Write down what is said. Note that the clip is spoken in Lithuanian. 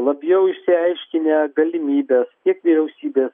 labiau išsiaiškinę galimybes tiek vyriausybės